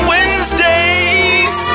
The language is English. Wednesdays